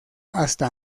hasta